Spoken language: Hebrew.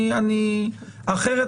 אחרת,